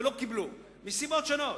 ולא קיבלו מסיבות שונות.